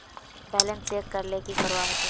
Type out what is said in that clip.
Balance check करले की करवा होचे?